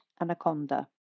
anaconda